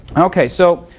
ok, so